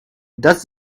does